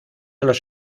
los